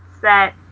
set